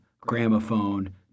Gramophone